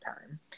time